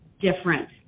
different